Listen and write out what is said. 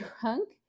drunk